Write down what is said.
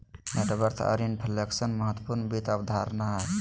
net worth आर inflation महत्वपूर्ण वित्त अवधारणा हय